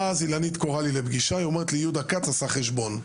ואז אילנית קראה לי לפגישה ואמרה לי: יהודה כץ עשה חשבון,